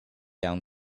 down